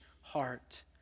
heart